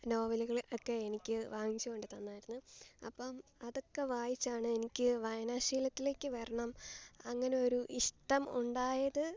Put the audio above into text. നോവലുകള് ഒക്കെ എനിക്ക് വാങ്ങിച്ചു കൊണ്ടു തന്നായിരുന്നു അപ്പം അതൊക്കെ വായിച്ചാണ് എനിക്കു വായനശീലത്തിലേക്കു വരണം അങ്ങനെ ഒരു ഇഷ്ടം ഉണ്ടായത്